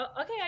okay